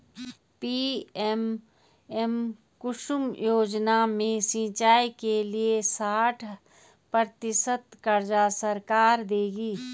PM Kusum योजना में सिंचाई के लिए साठ प्रतिशत क़र्ज़ सरकार देगी